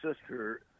sister